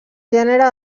gènere